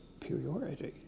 superiority